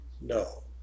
no